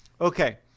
Okay